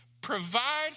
Provide